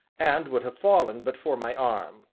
and would have fallen but for my arm.